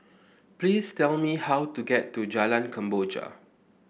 please tell me how to get to Jalan Kemboja